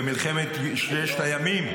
במלחמת ששת הימים,